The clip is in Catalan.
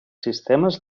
sistemes